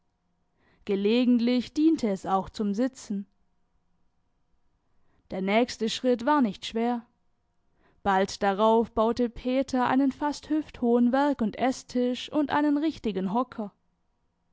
gelegentlich diente es auch zum sitzen der nächste schritt war nicht schwer bald darauf baute peter einen fast hüfthohen werk und eßtisch und einen richtigen hocker